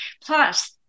Plus